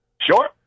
Sure